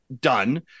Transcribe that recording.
done